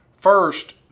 First